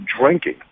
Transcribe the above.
drinking